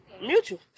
mutual